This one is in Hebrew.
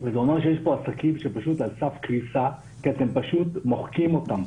וזה אומר שיש פה עסקים שהם פשוט על סף קריסה כי אתם פשוט מוחקים אותם.